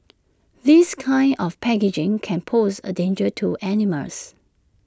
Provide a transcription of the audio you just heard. this kind of packaging can pose A danger to animals